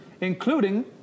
including